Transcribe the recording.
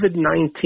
COVID-19